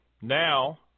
Now